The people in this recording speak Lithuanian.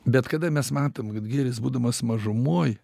bet kada mes matom kad gėris būdamas mažumoj